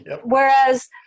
Whereas